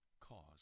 cause